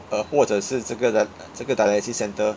uh 或者是这个这个 dialysis centre